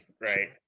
right